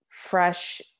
fresh